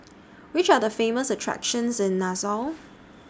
Which Are The Famous attractions in Nassau